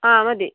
ആ മതി